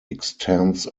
extends